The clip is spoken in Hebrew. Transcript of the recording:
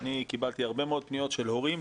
קיבלתי הרבה מאוד פניות של הורים,